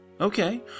Okay